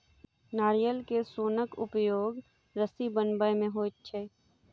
नारियल के सोनक उपयोग रस्सी बनबय मे होइत छै